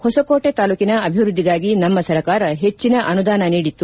ಹೊಸಕೋಟೆ ತಾಲ್ಲೂಕಿನ ಅಭಿವೃದ್ದಿಗಾಗಿ ನಮ್ನ ಸರಕಾರ ಹೆಚ್ಚಿನ ಅನುದಾನ ನೀಡಿತ್ತು